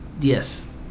Yes